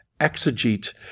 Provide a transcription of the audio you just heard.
exegete